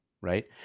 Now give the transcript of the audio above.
Right